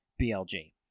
BLG